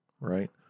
right